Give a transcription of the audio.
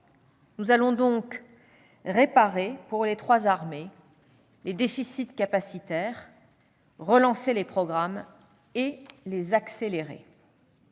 Nous allons donc, pour les trois armées, réparer les déficits capacitaires, relancer les programmes et les accélérer.